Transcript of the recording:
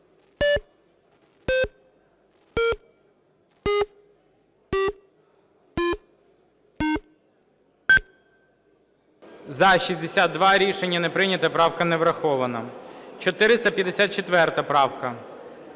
За-62 Рішення не прийнято. Правка не врахована. 454 правка,